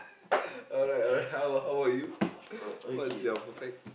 alright alright how how about you what's your perfect